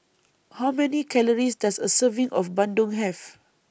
How Many Calories Does A Serving of Bandung Have